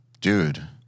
dude